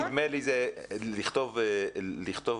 קטי,